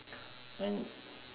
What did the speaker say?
then